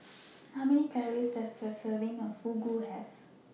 How Many Calories Does A Serving of Fugu Have